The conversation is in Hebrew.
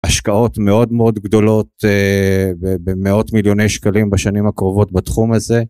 השקעות מאוד מאוד גדולות, במאות מיליוני שקלים בשנים הקרובות בתחום הזה.